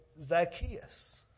Zacchaeus